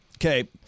Okay